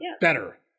better